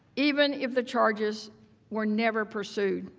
even if the charges were never pursued.